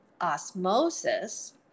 osmosis